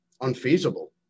unfeasible